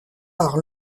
par